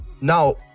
Now